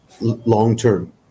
long-term